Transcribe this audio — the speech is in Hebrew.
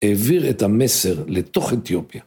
העביר את המסר לתוך אתיופיה.